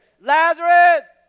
Lazarus